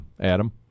Adam